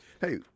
Hey